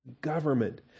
government